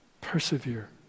Persevere